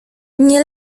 nie